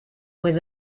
with